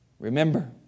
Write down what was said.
Remember